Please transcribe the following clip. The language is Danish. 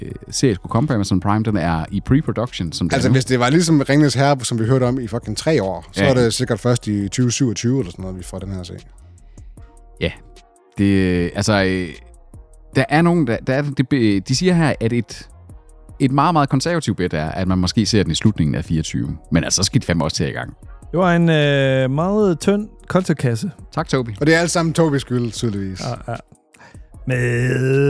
Øh, serie skulle komme på Amazon Prime, den er i pre-production, som det er Altså, nu. hvis det var ligesom Ringenes Herre, som vi hørte om i fucking tre år, så Ja. er det sikkert først i 2027 eller sådan noget, vi får den her serie. Ja. Det- øh, altså, øh, der er nogen, der- der er det- det be- de siger her, at et- et meget, meget konservativt bet er, at man måske ser den i slutningen af 24, men altså, så skal de fandme også til i gang. Det var en, øh, meget tynd contentkasse. Tak, Toby. Og det er alt sammen Tobys skyld, tydeligvis. Ja, ja. Med-